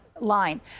line